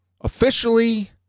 officially